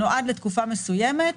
שנועד לתקופה מסוימת.